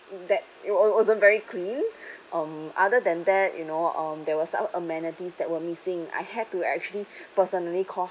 that it was wasn't very clean um other than that you know um there was some amenities that were missing I had to actually personally call